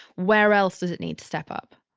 where else does it need to step up?